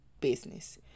business